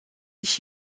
dich